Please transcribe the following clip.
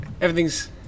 everything's